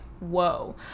whoa